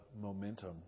momentum